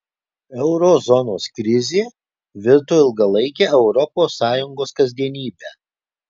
euro zonos krizė virto ilgalaike europos sąjungos kasdienybe